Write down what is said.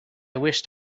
wished